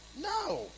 No